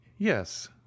yes